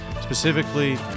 Specifically